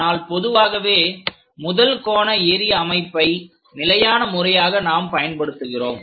ஆனால் பொதுவாகவே முதல் கோண எறிய அமைப்பை நிலையான முறையாக நாம் பயன்படுத்துகிறோம்